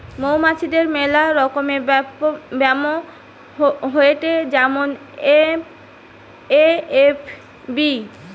মৌমাছিদের মেলা রকমের ব্যামো হয়েটে যেমন এ.এফ.বি